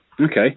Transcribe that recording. okay